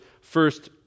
first